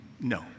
No